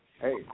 hey